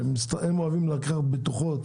שאוהבים לקחת בטוחות